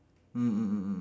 mm mm mm